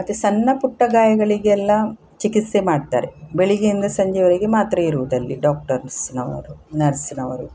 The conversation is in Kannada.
ಮತ್ತು ಸಣ್ಣ ಪುಟ್ಟ ಗಾಯಗಳಿಗೆಲ್ಲ ಚಿಕಿತ್ಸೆ ಮಾಡ್ತಾರೆ ಬೆಳಗ್ಗೆಯಿಂದ ಸಂಜೆವರೆಗೆ ಮಾತ್ರ ಇರುವುದ್ರಲ್ಲಿ ಡಾಕ್ಟರ್ಸಿನವರು ನರ್ಸಿನವ್ರು